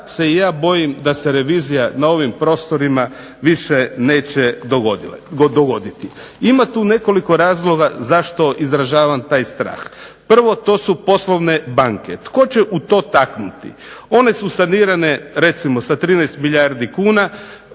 se i ja bojim da se revizija na ovim prostorima više neće dogoditi. Ima tu nekoliko razloga zašto izražavam taj strah. Prvo, to su poslovne banke. Tko će u to taknuti? One su sanirane recimo sa 13 milijardi kuna.